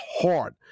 hard